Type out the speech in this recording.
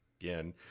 again